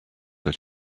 that